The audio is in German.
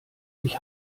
ich